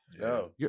No